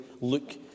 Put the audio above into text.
look